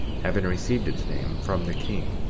having received its name from the king,